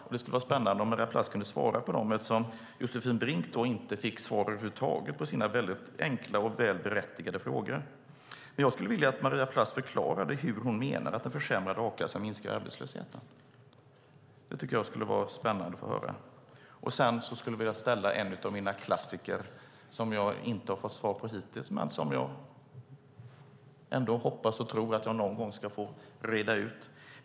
Det skulle vara spännande om Maria Plass kunde svara på dem, eftersom Josefin Brink inte fick svar över huvud taget på sina mycket enkla och väl berättigade frågor. Jag skulle vilja att Maria Plass förklarade hur hon menar att en försämrad a-kassa minskar arbetslösheten. Det tycker jag skulle vara spännande att få höra. Sedan skulle jag vilja ställa en av mina klassiska frågor, som jag inte har fått svar på hittills men som jag ändå hoppas och tror att jag någon gång ska få utredd.